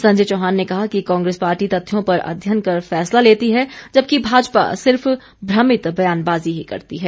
संजय चौहान ने कहा कि कांग्रेस पार्टी तथ्यों पर अध्ययन कर फैंसला लेती है जबकि भाजपा सिर्फ भ्रमित बयानबाजी ही करती है